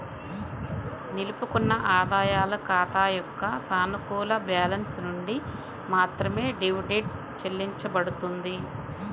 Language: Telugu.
నిలుపుకున్న ఆదాయాల ఖాతా యొక్క సానుకూల బ్యాలెన్స్ నుండి మాత్రమే డివిడెండ్ చెల్లించబడుతుంది